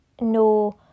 no